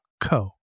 co